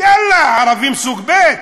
יאללה, ערבים סוג ב'.